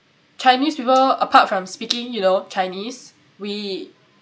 chinese people apart from speaking you know chinese we